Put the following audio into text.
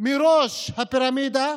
מראש הפירמידה